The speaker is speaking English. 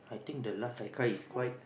think the last I cry is quite